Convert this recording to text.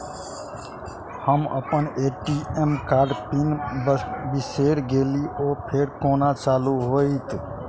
हम अप्पन ए.टी.एम कार्डक पिन बिसैर गेलियै ओ फेर कोना चालु होइत?